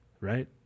right